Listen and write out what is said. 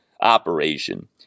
operation